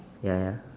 ya ya